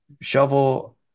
shovel